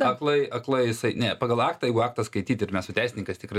aklai aklai jisai ne pagal aktą jeigu aktą skaityt ir mes su teisininkais tikrai